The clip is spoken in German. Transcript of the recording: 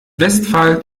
westphal